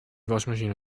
waschmaschine